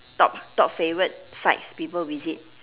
top top favourite sites people visit